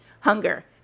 hunger